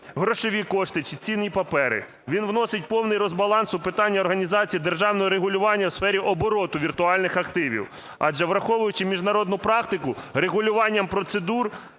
грошові кошти чи цінні папери. Він вносить повний розбаланс у питання організації державного регулювання у сфері обороту віртуальних активів, адже, враховуючи міжнародну практику, регулюванням процедур